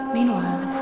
Meanwhile